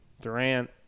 Durant